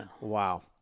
Wow